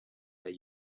that